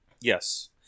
Yes